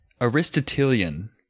Aristotelian